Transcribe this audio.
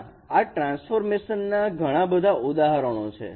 ત્યાં આ ટ્રાન્સફોર્મેશન ના ઘણા બધા ઉદાહરણો છે